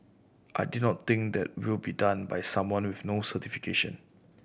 I do not think that will be done by someone with no certification